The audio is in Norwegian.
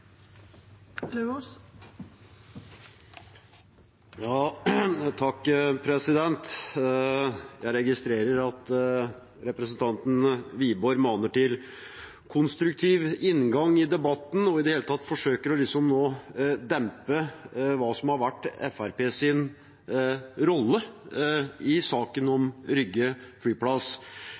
Jeg registrerer at representanten Wiborg maner til konstruktiv inngang i debatten og i det hele tatt forsøker å dempe det som har vært Fremskrittspartiets rolle i saken om Rygge